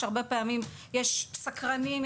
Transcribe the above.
שהרבה פעמים יש סקרנים,